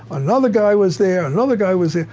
another guy was there, another guy was there,